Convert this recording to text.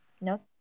No